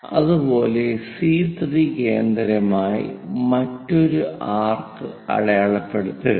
അതുപോലെ C3 കേന്ദ്രമായി മറ്റൊരു ആർക്ക് അടയാളപ്പെടുത്തുക